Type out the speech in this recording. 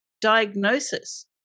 diagnosis